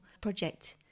project